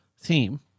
theme